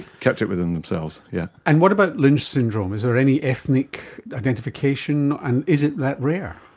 kept it within themselves. yeah and what about lynch syndrome, is there any ethnic identification, and is it that rare?